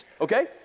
okay